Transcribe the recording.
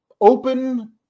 open